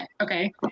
Okay